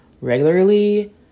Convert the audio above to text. regularly